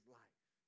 life